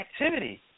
activity